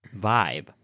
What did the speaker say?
vibe